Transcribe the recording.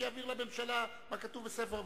שיעביר לממשלה מה כתוב בספר ויקרא,